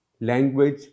language